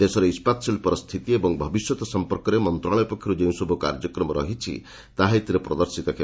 ଦେଶରେ ଇସ୍କାତ ଶିଳ୍ପର ସ୍ଥିତି ଓ ଭବିଷ୍ୟତ ସଂପର୍କରେ ମନ୍ତ୍ରଣାଳୟ ପକ୍ଷରୁ ଯେଉଁସବୁ କାର୍ଯ୍ୟକ୍ରମ ରହିଛି ତାହା ଏଥିରେ ପ୍ରଦର୍ଶିତ ହେବ